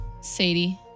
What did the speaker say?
Sadie